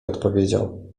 odpowiedział